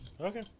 Okay